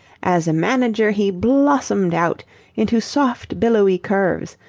as a manager he blossomed out into soft billowy curves,